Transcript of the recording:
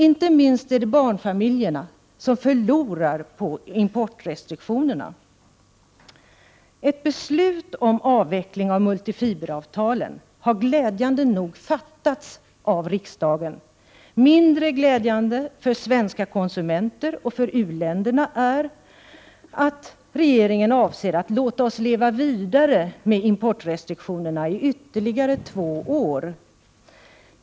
Inte minst är det barnfamiljerna som förlorar på importrestriktioner. Ett beslut om avveckling av multifiberavtalen har glädjande nog fattats av riksdagen. Mindre glädjande för svenska konsumenter och för u-länderna är att regeringen avser att låta oss leva vidare med importrestriktionerna ytterligare två år.